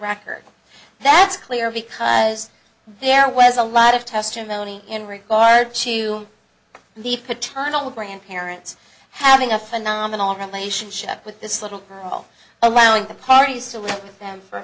record that's clear because there was a lot of testimony in regards to the paternal grandparents having a phenomenal relationship with this little girl allowing the parties to live with them for